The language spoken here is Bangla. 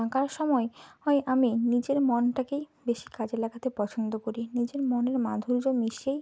আঁকার সময় ওই আমি নিজের মনটাকেই বেশি কাজে লাগাতে পছন্দ করি নিজের মনের মাধুর্য মিশিয়েই